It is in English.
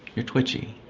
you're twitchy.